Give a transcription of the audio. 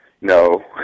no